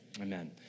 Amen